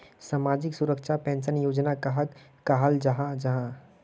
सामाजिक सुरक्षा पेंशन योजना कहाक कहाल जाहा जाहा?